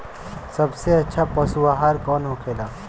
सबसे अच्छा पशु आहार कौन होखेला?